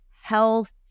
health